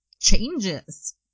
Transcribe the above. changes